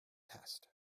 test